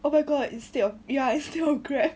oh my god instead of ya instead of grab